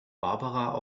barbara